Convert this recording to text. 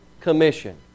Commission